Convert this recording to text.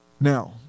Now